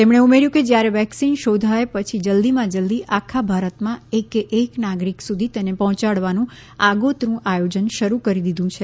તેમણે ઉમેર્યું કે જ્યારે વેક્સિન શોધાય પછી જલ્દીમાં જલ્દી આખા ભારતમાં એકે એક નાગરિક સુધી તેને પહોચાડવાનું આગોતરું આયોજન શરૂ કરી દીધું છે